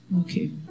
Okay